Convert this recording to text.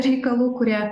reikalų kurie